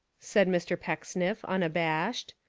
said mr. pecksniff unabashed.